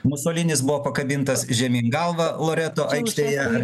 musolinis buvo pakabintas žemyn galva loreto aikštėje